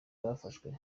bafashwe